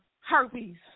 herpes